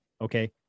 okay